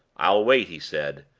i'll wait, he said,